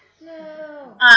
No